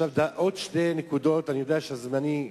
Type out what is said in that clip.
עוד שתי נקודות, אני יודע שזמני,